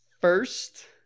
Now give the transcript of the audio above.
First